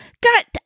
god